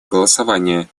голосования